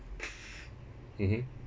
mmhmm